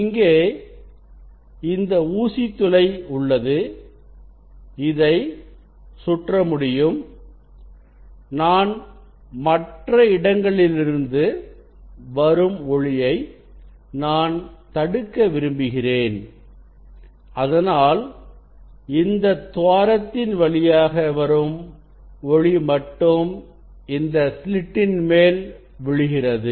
இங்கே இந்த ஊசித்துளை உள்ளதுஇதை சுற்ற முடியும் நான் மற்ற இடங்களிலிருந்து வரும் ஒளியை நான் தடுக்க விரும்புகிறேன் அதனால் இந்த துவாரத்தின் வழியாக வரும் ஒலி மட்டும் இந்த ஸ்லிட்டின் மேல் விழுகிறது